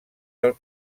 del